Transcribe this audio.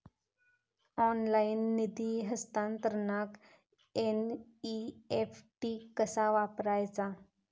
Online निधी हस्तांतरणाक NEFT कसा वापरायचा?